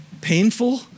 painful